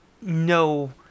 no